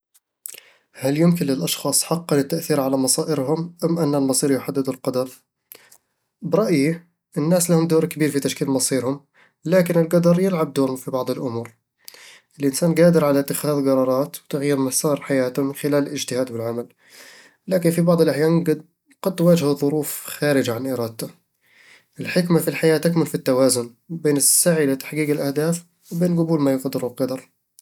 هل يمكن للأشخاص حقًا التأثير على مصائرهم أم أن المصير يحدده القدر؟ في رأيي، الناس لهم دور كبير في تشكيل مصيرهم، لكن القدر يلعب دور في بعض الأمور الإنسان قادر على اتخاذ قرارات وتغيير مسار حياته من خلال الاجتهاد والعمل، لكن في بعض الأحيان قد تواجهه ظروف خارجة عن إرادته الحكمة في الحياة تكمن في التوازن، بين السعي لتحقيق الأهداف وبين قبول ما يقدره القدر